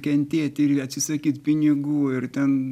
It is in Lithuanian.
kentėti ir atsisakyt pinigų ir ten